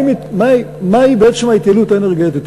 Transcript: מהי בעצם ההתייעלות האנרגטית?